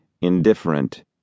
indifferent